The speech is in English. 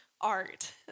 art